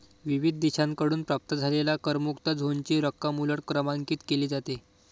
विविध देशांकडून प्राप्त झालेल्या करमुक्त झोनची रक्कम उलट क्रमांकित केली जाते